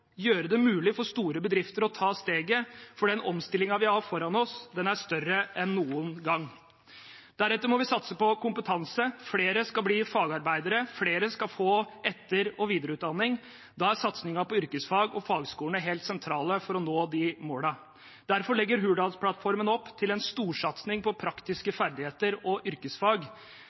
gjøre det mulig for store bedrifter å ta steget inn i den omstillingen vi har foran oss – den er større enn noen gang. Deretter må vi satse på kompetanse, flere skal bli fagarbeidere, flere skal få etter- og videreutdanning. Da er satsingen på yrkesfag og fagskolene helt sentrale for å nå de målene. Derfor legger Hurdalsplattformen opp til en storsatsing på praktiske ferdigheter og yrkesfag.